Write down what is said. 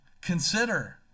consider